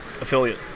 affiliate